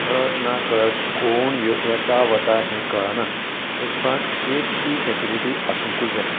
कळत ना कळत कोण यो येता वता हें कळना ते हिस्पान एक ती फेसिलिटी आसूंकूच जाय